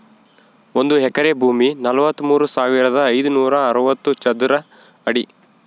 ಒಂದು ಎಕರೆ ಭೂಮಿ ನಲವತ್ಮೂರು ಸಾವಿರದ ಐನೂರ ಅರವತ್ತು ಚದರ ಅಡಿ